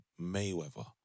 Mayweather